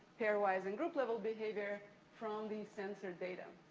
pairwise and group-level behavior from the censored data.